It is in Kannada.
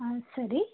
ಹಾಂ ಸರಿ